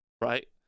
right